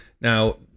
Now